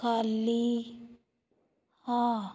ਖਾਲੀ ਹਾਂ